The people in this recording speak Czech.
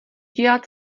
dělat